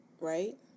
right